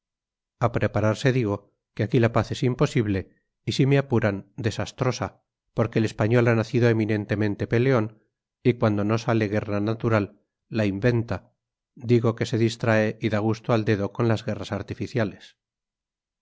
a prepararse digo que aquí la paz es imposible y si me apuran desastrosa porque el español ha nacido eminentemente peleón y cuando no sale guerra natural la inventa digo que se distrae y da gusto al dedo con las guerras artificiales